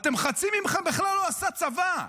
חצי מכם בכלל לא עשה צבא.